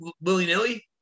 willy-nilly